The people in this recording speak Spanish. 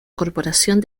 corporación